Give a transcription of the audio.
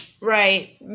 Right